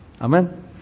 Amen